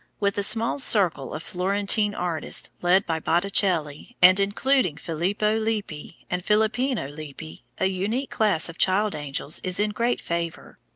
with a small circle of florentine artists, led by botticelli, and including filippo lippi and filippino lippi, a unique class of child-angels is in great favor.